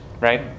Right